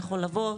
יכול לבוא,